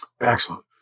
Excellent